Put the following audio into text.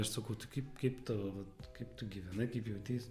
aš sakau tai kaip kaip tu vat kaip tu gyvenai kaip jauteis